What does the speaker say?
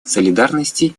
солидарности